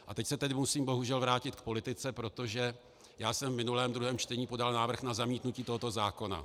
A teď se tedy bohužel musím vrátit k politice, protože já jsem v minulém druhém čtení podal návrh na zamítnutí tohoto zákona.